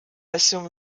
assume